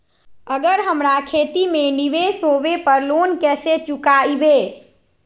अगर हमरा खेती में निवेस होवे पर लोन कैसे चुकाइबे?